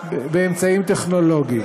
באמצעים טכנולוגיים.